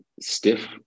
stiff